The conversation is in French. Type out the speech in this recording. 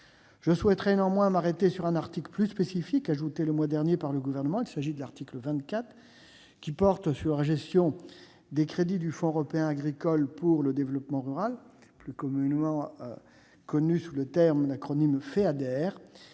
et financier. Néanmoins, je m'arrêterai sur un article plus spécifique, ajouté le mois dernier par le Gouvernement. Il s'agit de l'article 24, qui porte sur la gestion des crédits du Fonds européen agricole pour le développement rural, plus connu sous l'acronyme Feader.